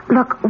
Look